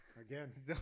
Again